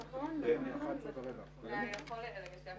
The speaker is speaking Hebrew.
ננעלה בשעה